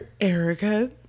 Erica